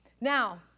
Now